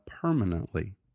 permanently